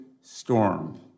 storm